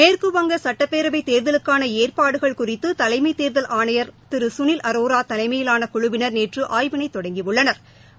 மேற்குவங்க சுட்டப்பேரவைத் தேர்தலுக்கான ஏற்பாடுகள் குறித்து தலைமை தேர்தல் ஆணையர் திரு சுனில் அரோரா தலைமையிலான குழுவினா் நேற்று ஆய்வினை தொடங்கி உள்ளனா்